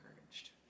encouraged